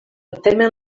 temen